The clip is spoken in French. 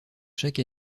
chaque